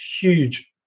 huge